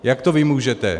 Jak to vymůžete?